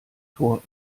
tor